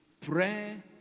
prayer